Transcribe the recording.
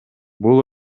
бул